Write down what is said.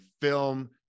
film